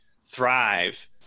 thrive